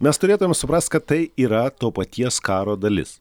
mes turėtumėm suprast kad tai yra to paties karo dalis